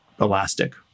elastic